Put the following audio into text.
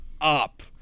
up